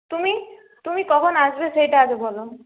তুমি তুমি কখন আসবে সেইটা আগে বলো